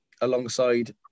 alongside